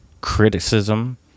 criticism